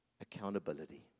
accountability